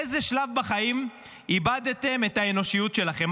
באיזה שלב בחיים איבדתם את האנושיות שלכם?